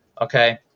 okay